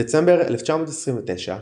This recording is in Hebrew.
בדצמבר 1929,